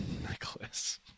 Nicholas